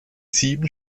sieben